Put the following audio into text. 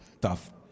tough